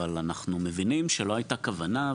אבל אנחנו מבינים שלא הייתה כוונה,